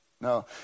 No